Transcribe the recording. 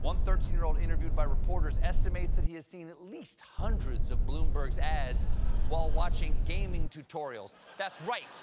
one thirteen year old interviewed by reporters estimates he has seen at least hundreds of bloomberg's ads while watching gaming tutorials. that's right